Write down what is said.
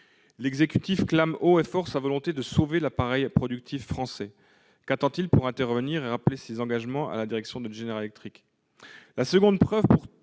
L'exécutif clame haut et fort sa volonté de sauver l'appareil productif français. Qu'attend-il pour intervenir et rappeler ses engagements à la direction de General Electric ? La seconde preuve qui